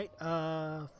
Right